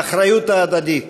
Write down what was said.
האחריות ההדדית,